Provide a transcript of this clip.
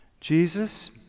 Jesus